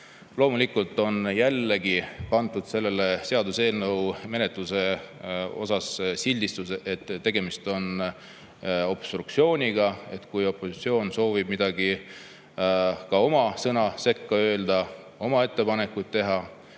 Loomulikult on jällegi pandud selle seaduseelnõu menetlusele silt, et tegemist on obstruktsiooniga. Kui opositsioon soovib oma sõna sekka öelda, oma ettepanekuid teha,